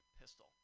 pistol